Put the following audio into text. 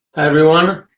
everyone.